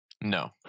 No